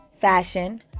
fashion